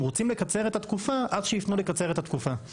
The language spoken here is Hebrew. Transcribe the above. רוצים לקצר את התקופה אז שייפנו לקצר את התקופה.